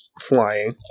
flying